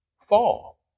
fall